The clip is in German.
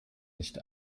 nicht